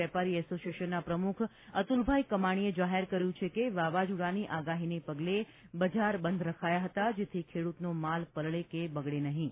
વેપારી એસોસિયેશનના પ્રમુખ અતુલભાઇ કમાણીએ જાહેર કર્યું છે કે વાવાઝોડાની આગાહીને પગલે બજાર બંધ રખાયા હતા જેથી ખેડૂતનો માલ પલળે કે બગડે નહિં